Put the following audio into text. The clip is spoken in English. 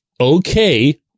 Okay